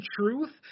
truth